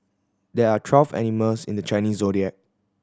there are twelve animals in the Chinese Zodiac